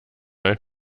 ein